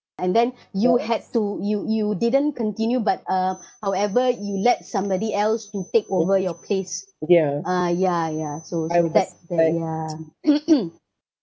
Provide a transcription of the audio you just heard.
and then you had to you you didn't continue but uh however you let somebody else to take over your place uh ya ya so that's the ya